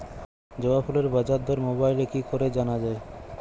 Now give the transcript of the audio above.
জবা ফুলের বাজার দর মোবাইলে কি করে জানা যায়?